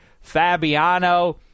fabiano